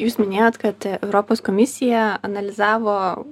jūs minėjot kad europos komisija analizavo